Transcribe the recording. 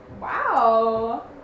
Wow